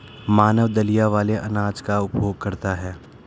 मानव दलिया वाले अनाज का उपभोग करता है